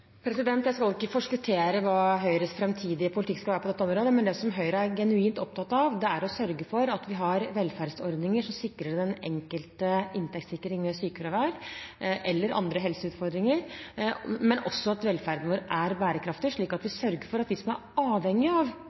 Jeg skal ikke forskuttere hva Høyres framtidige politikk på dette området skal være, men det som Høyre er genuint opptatt av, er å sørge for at vi har velferdsordninger som sikrer den enkelte inntektssikring ved sykefravær eller andre helseutfordringer. Men vi er også opptatt av at velferden vår er bærekraftig, slik at vi sørger for at de som er avhengig av